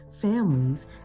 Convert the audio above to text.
families